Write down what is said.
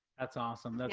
that's awesome.